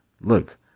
look